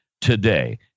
today